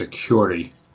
Security